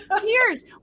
Cheers